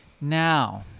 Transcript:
now